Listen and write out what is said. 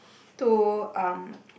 to um